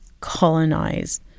colonize